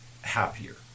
happier